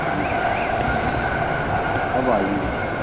जी जी जी कब कब कब आएँगे आप